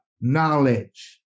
Knowledge